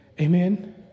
Amen